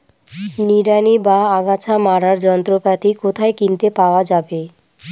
নিড়ানি বা আগাছা মারার যন্ত্রপাতি কোথায় কিনতে পাওয়া যাবে?